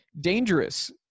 dangerous